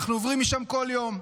אנחנו עוברים שם כל יום.